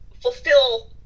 fulfill